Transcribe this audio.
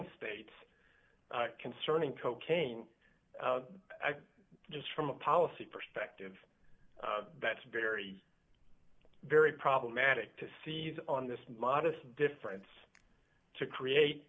states concerning cocaine just from a policy perspective that's very very problematic to seize on this modest difference to create